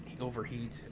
overheat